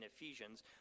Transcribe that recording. Ephesians